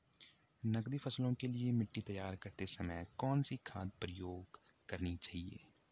नकदी फसलों के लिए मिट्टी तैयार करते समय कौन सी खाद प्रयोग करनी चाहिए?